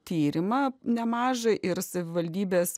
tyrimą nemažą ir savivaldybės